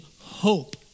hope